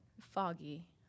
foggy